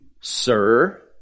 sir